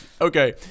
Okay